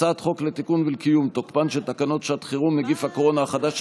הצעת חוק לתיקון ולקיום תוקפן של תקנות שעת חירום (נגיף הקורונה החדש,